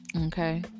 Okay